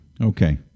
Okay